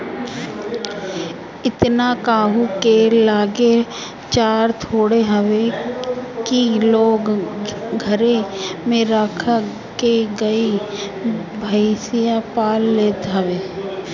एतना केहू के लगे चारा थोड़े हवे की लोग घरे में राख के गाई भईस पाल लेत हवे